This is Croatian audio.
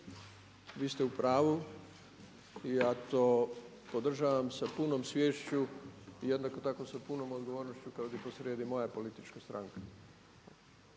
vi ste u pravu i ja to podržavam sa punom sviješću i jednako tako sa punom odgovornošću kada je posrijedi moja politička stranka.